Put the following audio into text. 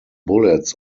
bullets